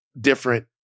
different